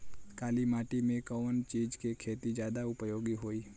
काली माटी में कवन चीज़ के खेती ज्यादा उपयोगी होयी?